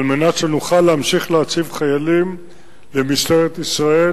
על מנת שנוכל להמשיך להציב חיילים במשטרת ישראל